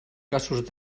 casos